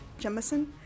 jemison